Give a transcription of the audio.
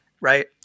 Right